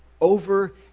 over